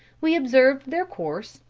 we observed their course,